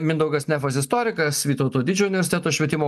mindaugas nefas istorikas vytauto didžiojo universiteto švietimo